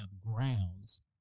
grounds